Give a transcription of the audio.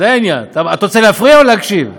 אתה רוצה להפריע או להקשיב?